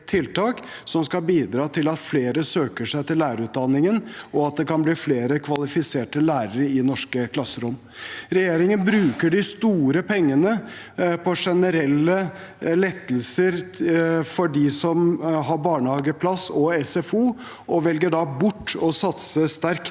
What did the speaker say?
som skal bidra til at flere søker seg til lærerutdanningen, og at det kan bli flere kvalifiserte lærere i norske klasserom. Regjeringen bruker de store pengene på generelle lettelser for dem som har barnehageplass og SFO, og velger da bort å satse sterkt